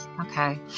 Okay